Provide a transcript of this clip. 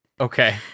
Okay